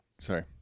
Sorry